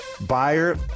Buyer